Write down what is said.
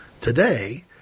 Today